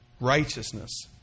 righteousness